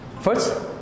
First